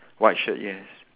white shirt yes